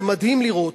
זה מדהים לראות,